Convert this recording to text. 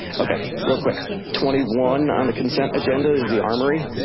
okay, real quick. twenty one on the consent agenda is the armory.